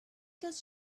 does